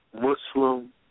Muslim